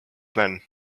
man